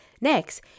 Next